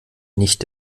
nicht